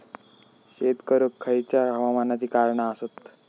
शेत करुक खयच्या हवामानाची कारणा आसत?